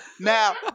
Now